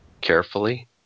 Carefully